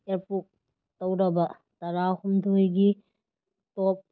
approve ꯇꯧꯔꯕ ꯇꯔꯥꯍꯨꯝꯗꯣꯏꯒꯤ ꯇꯣꯞ